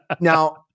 now